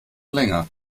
länger